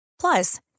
Plus